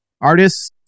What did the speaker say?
Artists